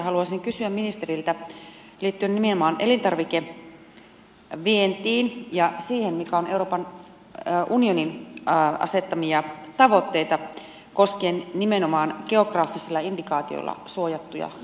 haluaisin kysyä ministeriltä liittyen nimenomaan elintarvikevientiin ja siihen mitkä ovat euroopan unionin asettamia tavoitteita koskien nimenomaan geografisilla indikaatioilla suojattuja tuotteita